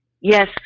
Yes